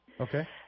okay